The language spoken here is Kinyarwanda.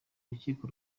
urukiko